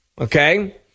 okay